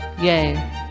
yay